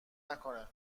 نکنه